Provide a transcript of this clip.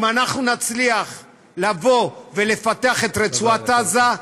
אם אנחנו נצליח לבוא ולפתח את רצועת עזה,